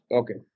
okay